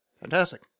fantastic